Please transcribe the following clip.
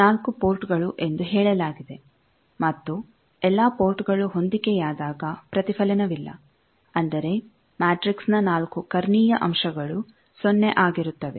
ಆದ್ದರಿಂದ ನಾಲ್ಕು ಪೋರ್ಟ್ ಗಳು ಎಂದು ಹೇಳಲಾಗಿದೆ ಮತ್ತು ಎಲ್ಲಾ ಪೋರ್ಟ್ಗಳು ಹೊಂದಿಕೆಯಾದಾಗ ಪ್ರತಿಫಲನವಿಲ್ಲ ಅಂದರೆ ಮ್ಯಾಟ್ರಿಕ್ಸ್ನ ನಾಲ್ಕು ಕರ್ಣೀಯ ಅಂಶಗಳು ಸೊನ್ನೆ ಆಗಿರುತ್ತವೆ